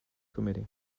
committee